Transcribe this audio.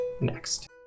next